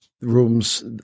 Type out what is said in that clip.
rooms